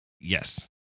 Yes